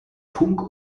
funk